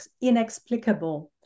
inexplicable